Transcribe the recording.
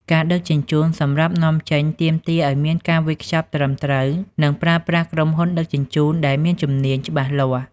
ការដឹកជញ្ជូនសម្រាប់នាំចេញទាមទារឲ្យមានការវេចខ្ចប់ត្រឹមត្រូវ និងប្រើប្រាស់ក្រុមហ៊ុនដឹកជញ្ជូនដែលមានជំនាញច្បាស់លាស់។